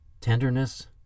tenderness